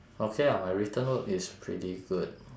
okay ah my written work is pretty good